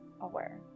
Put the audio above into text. aware